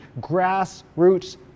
grassroots